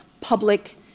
public